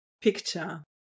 picture